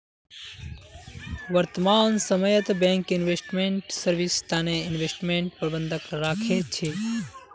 वर्तमान समयत bank investment service तने इन्वेस्टमेंट प्रबंधक राखे छे